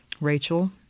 Rachel